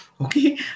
Okay